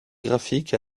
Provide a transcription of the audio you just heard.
graphiques